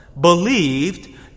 believed